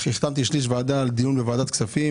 כשהחתמתי שליש ועדה על דיון בוועדת כספים